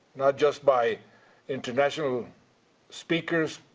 not just by international speakers,